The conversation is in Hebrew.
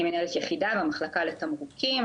אני מנהלת יחידה במחלקה לתמרוקים,